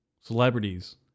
celebrities